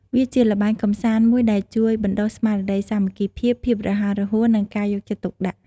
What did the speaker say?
វាជាល្បែងកម្សាន្តមួយដែលជួយបណ្តុះស្មារតីសាមគ្គីភាព ភាពរហ័សរហួន និងការយកចិត្តទុកដាក់។